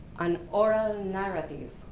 an oral narrative.